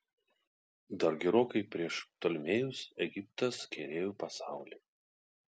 dar gerokai prieš ptolemėjus egiptas kerėjo pasaulį